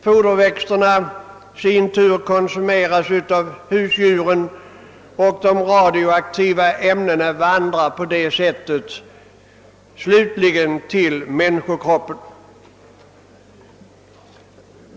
Dessa växter i sin tur konsumeras av husdjuren, och de radioaktiva ämnena vandrar på det sättet slutligen till människokroppen.